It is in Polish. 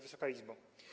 Wysoka Izbo!